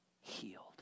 healed